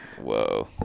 whoa